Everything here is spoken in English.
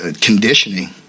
Conditioning